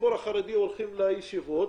הציבור החרדי הולכים לישיבות,